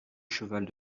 cheval